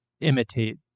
imitate